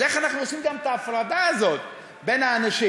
אז איך אנחנו עושים את ההפרדה הזאת בין האנשים